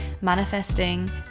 manifesting